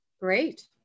great